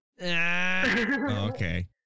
Okay